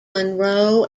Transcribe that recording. munro